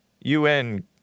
UN